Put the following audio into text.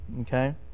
okay